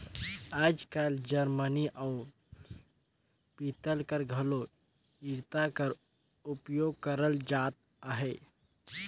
आएज काएल जरमनी अउ पीतल कर घलो इरता कर उपियोग करल जात अहे